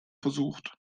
versucht